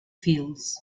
fields